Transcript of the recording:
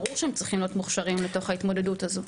ברור שהם צריכים להיות מוכשרים לתוך ההתמודדות הזאת.